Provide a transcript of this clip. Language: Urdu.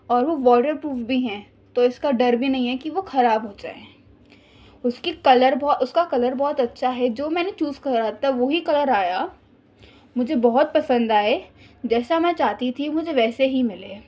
اور وہ واٹر پروف بھی ہیں تو اس کا ڈر بھی نہیں ہے کہ وہ خراب ہو جائیں اس کی کلر اس کا کلر بہت اچھا ہے جو میں نے چوز کرا تھا وہی کلر آیا مجھے بہت پسند آئے جیسا میں چاہتی تھی مجھے ویسے ہی ملے